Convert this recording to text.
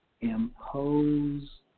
impose